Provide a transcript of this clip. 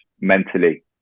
mentally